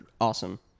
Awesome